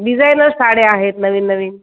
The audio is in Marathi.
डिझायनर साड्या आहेत नवीन नवीन